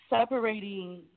separating